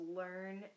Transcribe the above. learn